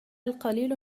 القليل